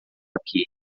aqui